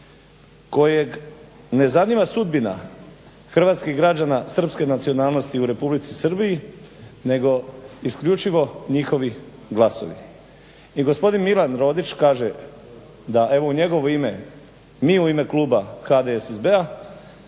kojeg ne zanima sudbina hrvatskih građana srpske nacionalnosti u Republici Srbiji nego isključivo njihovi glasovi". I gospodin Milan Rodić kaže da u njegovo ime, mi u ime kluba HDSSB-a